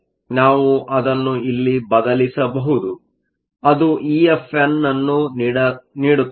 ಆದ್ದರಿಂದ ನಾವು ಅದನ್ನು ಇಲ್ಲಿ ಬದಲಿಸಬಹುದು ಅದು EFn ನ್ನು ನೀಡುತ್ತದೆ